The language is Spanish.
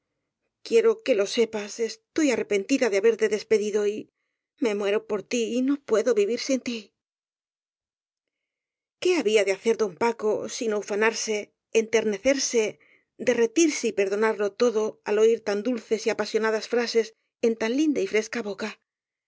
quiero que lo sepas estoy arrepentida de haberte despedido y me muero por tí y no puedo vivi sin tí qué había de hacer don paco sino ufanarse enternecerse derretirse y perdonarlo todo al oir tan dulces y apasionadas frases en tan linda y fres ca boca